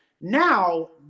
now